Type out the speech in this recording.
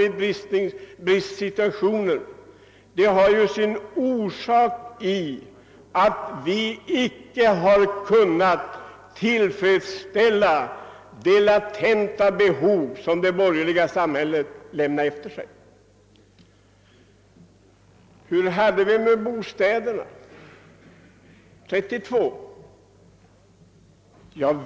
Bristsituationen i samhället av i dag har ju sin orsak i att vi icke kunnat helt fylla de latenta behov som det borgerliga samhället lämnat efter sig. Hur var det på bostadsområdet år 1932?